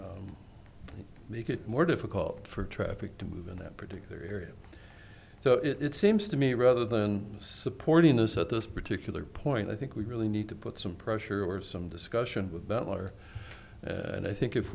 to make it more difficult for traffic to move in that particular area so it seems to me rather than supporting this at this particular point i think we really need to put some pressure or some discussion with butler and i think if